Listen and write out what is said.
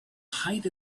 height